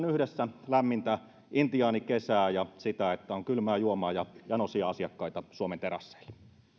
yhdessä lämmintä intiaanikesää ja sitä että on kylmää juomaa ja janoisia asiakkaita suomen terasseille